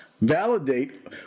validate